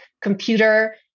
computer